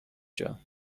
جان